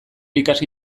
ikasi